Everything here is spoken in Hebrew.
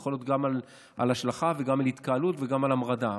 זה יכול להיות גם על השלכה וגם על התקהלות וגם על המרדה.